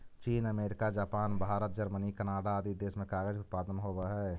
चीन, America, Japan, Bharat, Germany, Canada आदि देश में कागज के उत्पादन होवऽ हई